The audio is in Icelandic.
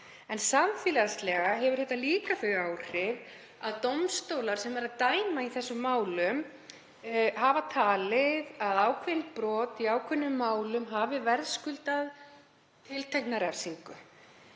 Samfélagslega hefur það þau áhrif að dómstólar sem dæma í þessum málum hafa talið að ákveðin brot í ákveðnum málum hafi verðskuldað tiltekna refsingu,